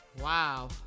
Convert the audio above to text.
Wow